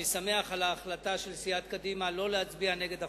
אני שמח על ההחלטה של סיעת קדימה שלא להצביע נגד החוק.